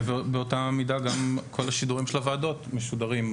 באותה מידה גם כל השידורים של הוועדות משודרים,